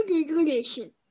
degradation